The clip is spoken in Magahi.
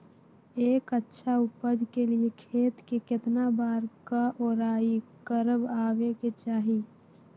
एक अच्छा उपज के लिए खेत के केतना बार कओराई करबआबे के चाहि?